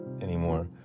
anymore